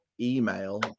email